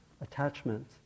attachment